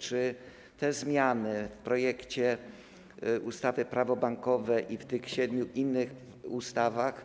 Czy te zmiany w projekcie ustawy - Prawo bankowe i w tych siedmiu innych ustawach